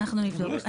אנחנו נבדוק.